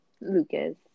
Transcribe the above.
Lucas